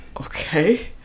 Okay